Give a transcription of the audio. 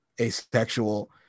asexual